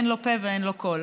אין לו פה ואין לו קול.